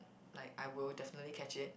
like I will definitely catch it